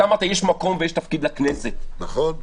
אתה אמרת: יש מקום ויש תפקיד לכנסת -- נכון.